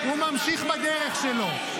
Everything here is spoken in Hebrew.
הוא ממשיך בדרך שלו.